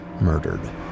murdered